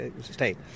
state